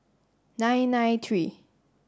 nine nine three